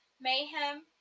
mayhem